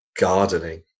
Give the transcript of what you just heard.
gardening